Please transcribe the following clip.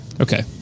okay